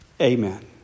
Amen